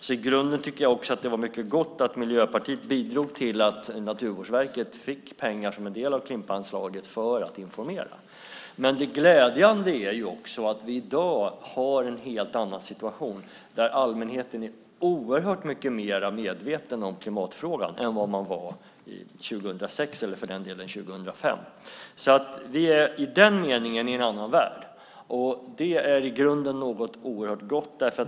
I grunden tycker jag också att det var mycket gott att Miljöpartiet bidrog till att Naturvårdsverket fick pengar som en del av Klimpanslaget för att informera. Men glädjande är också att vi i dag har en helt annan situation, där allmänheten är oerhört mycket mer medveten om klimatfrågan än den var 2006 eller för den delen 2005. Vi är i den meningen i en annan värld. Det är i grunden något oerhört gott.